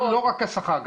השכר.